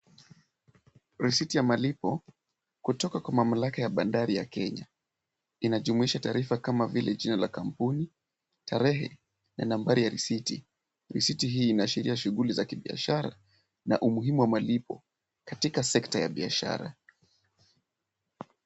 Risiti ya malipo kutoka kwa mamlaka ya bandari ya Kenya. Inajumuisha taarifa kama vile jina ya kampuni, tarehe na nambari ya risiti. Risiti hii inaashiria shughuli za biashara na umuhimu wa malipo katika sekta ya biashara.